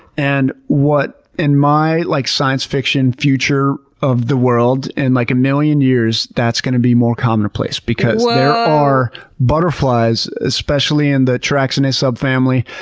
and in my like science-fiction future of the world, in like a million years that's going to be more commonplace because there are butterflies, especially in the charaxinae subfamily,